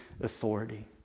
authority